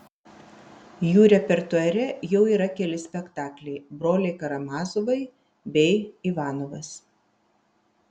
jų repertuare jau yra keli spektakliai broliai karamazovai bei ivanovas